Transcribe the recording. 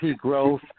growth